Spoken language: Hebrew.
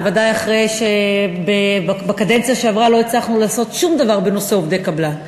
בוודאי אחרי שבקדנציה שעברה לא הצלחנו לעשות שום דבר בנושא עובדי קבלן.